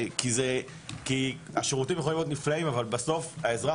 כי השירותים יכולים להיות נפלאים אבל בסוף האזרח